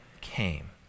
came